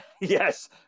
Yes